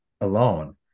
alone